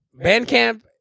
Bandcamp